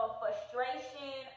frustration